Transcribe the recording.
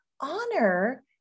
honor